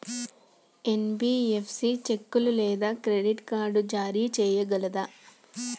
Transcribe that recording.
NBFC చెక్కులు లేదా credit card జారీ చేయగలదా?